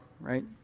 right